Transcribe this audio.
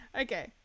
Okay